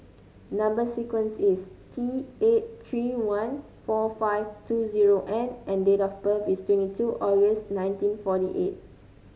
number sequence is T eight three one four five two zero N and date of birth is twenty two August nineteen forty eight